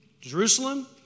Jerusalem